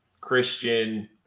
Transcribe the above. Christian